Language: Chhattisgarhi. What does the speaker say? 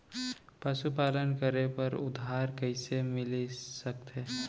पशुपालन करे बर उधार कइसे मिलिस सकथे?